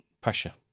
pressure